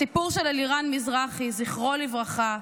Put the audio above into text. הסיפור של אלירן מזרחי, זכרו לברכה,